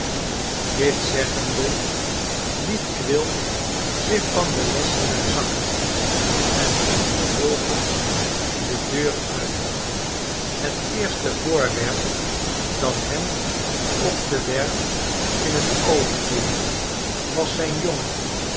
dit zeggende liet quilp zich van den lessenaar zakken en ging vervolgens de deur uit het eerste voorwerp dat hem op de werf in het oog viel was zijn jongen